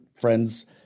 friends